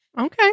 Okay